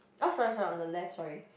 orh sorry sorry on the left sorry